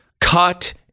cut